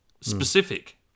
specific